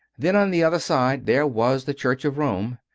then on the other side there was the church of rome.